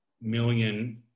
million